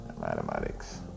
mathematics